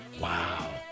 Wow